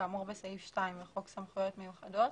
כאמור בסעיף 2 לחוק סמכויות מיוחדות